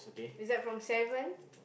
is like from seven